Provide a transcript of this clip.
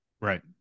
Right